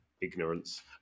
ignorance